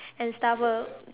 and stuff will